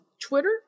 twitter